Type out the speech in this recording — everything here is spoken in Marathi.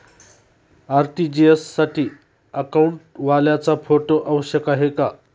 आर.टी.जी.एस साठी अकाउंटवाल्याचा फोटो आवश्यक आहे का?